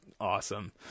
awesome